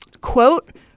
quote